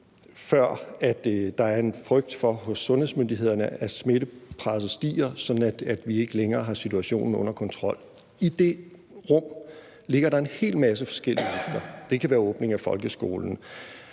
er en frygt for, at smittepresset stiger, sådan at vi ikke længere har situationen under kontrol. I det rum ligger der en hel masse forskelligt. Det kan være åbning af folkeskolen,